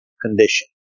condition